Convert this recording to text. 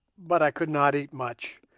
but i could not eat much,